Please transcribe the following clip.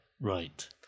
Right